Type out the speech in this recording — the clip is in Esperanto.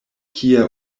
kie